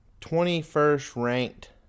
21st-ranked